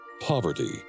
Poverty